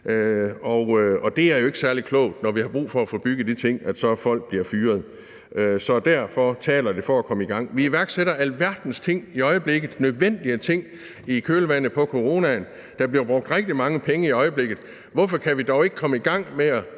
at folk bliver fyret, når vi har brug for at få bygget de ting. Så derfor taler det for at komme i gang. Vi iværksætter alverdens ting i øjeblikket, nødvendige ting, i kølvandet på coronaen, og der bliver brugt rigtig mange penge i øjeblikket. Så hvorfor kan vi dog ikke komme i gang med at